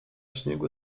śniegu